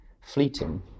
fleeting